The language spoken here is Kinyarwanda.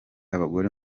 abagore